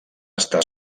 està